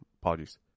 Apologies